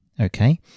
Okay